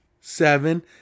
seven